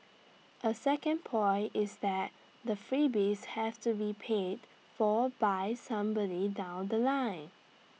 A second point is that the freebies have to be paid for by somebody down The Line